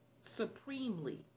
supremely